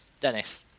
Dennis